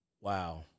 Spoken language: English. Wow